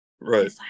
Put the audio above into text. Right